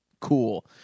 cool